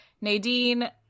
Nadine